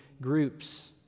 groups